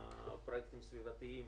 פרויקטים סביבתיים,